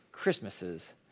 Christmases